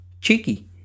cheeky